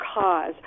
cause